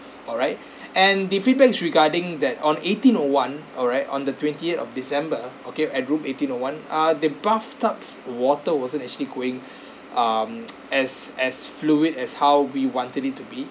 alright and the feedback is regarding that on eighteen O one alright on the twenty eighth of december okay at room eighteen O one ah the bathtub's water wasn't actually going um as as fluid as how we wanted it to be